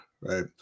right